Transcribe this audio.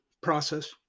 process